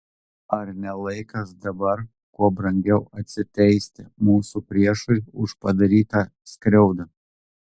ar ne laikas dabar kuo brangiau atsiteisti mūsų priešui už padarytą skriaudą